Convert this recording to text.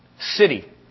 city